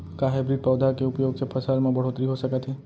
का हाइब्रिड पौधा के उपयोग से फसल म बढ़होत्तरी हो सकत हे?